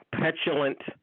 petulant